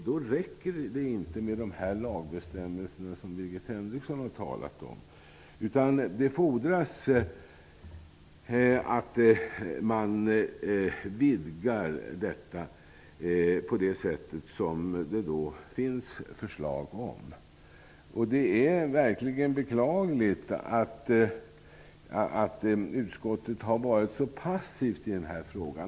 Då räcker det inte med de lagbestämmelser som Birgit Henriksson har talat om. Det fordras att man vidgar detta på det sätt som föreslagits. Det är verkligen beklagligt att utskottet har varit så passivt i den här frågan.